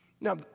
Now